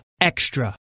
Extra